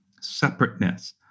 separateness